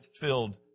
filled